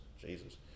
Jesus